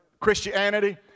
Christianity